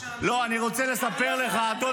אתה רוצה שנמשיך?